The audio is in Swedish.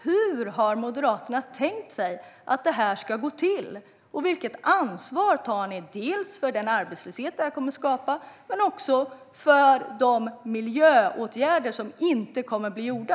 Hur har Moderaterna tänkt att det ska gå till? Och vilket ansvar tar ni för den arbetslöshet det skulle skapa men också för de miljöåtgärder som inte skulle bli gjorda?